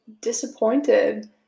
disappointed